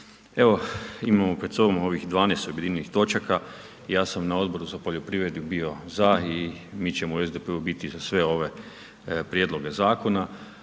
evo imamo pred sobom ovih 12 objedinjenih točaka i ja sam na Odboru za poljoprivredu bio za i mi ćemo u SDP-u biti za sve ove prijedloge zakona.